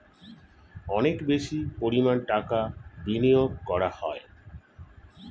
অনেক বেশি পরিমাণ টাকা বিনিয়োগ করা হয়